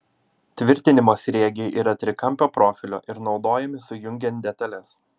tvirtinimo sriegiai yra trikampio profilio ir naudojami sujungiant detales